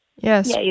Yes